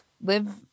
live